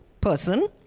person